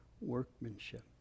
workmanship